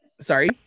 Sorry